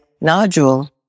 nodule